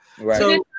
Right